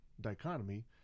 dichotomy